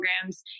programs